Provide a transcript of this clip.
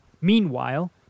Meanwhile